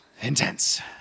intense